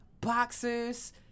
boxers